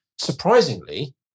surprisingly